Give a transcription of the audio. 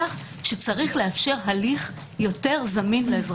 שצריך לאפשר הליך יותר זמין לאזרחים.